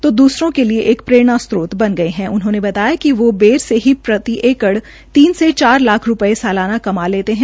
तो दूसरों के लिए प्ररेणा स्त्रोत बन गये हण उनहोंने बताया कि वो बेर से ही प्रति एकड़ तीन से चार लाख रूपये सलाना काम लेते हैं